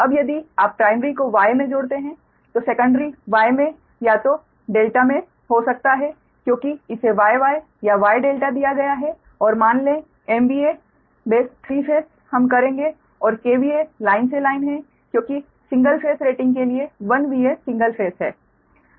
अब यदि आप प्राइमरी को Y मे जोड़ते हैं तो सेकेंडरी Y में या तो ∆ मे हो सकता है क्योंकि इसे Y Y या Y ∆ दिया गया है और मान ले B3Φ हम करेंगे और KVA लाइन से लाइन है क्योंकि सिंगल फेज रेटिंग के लिए 1VA सिंगल फेस है